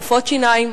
רופאות שיניים,